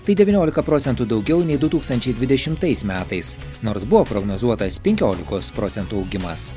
tai devyniolika procentų daugiau nei du tūkstančiai dvidešimtais metais nors buvo prognozuotas penkiolikos procentų augimas